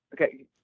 okay